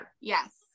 Yes